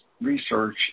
research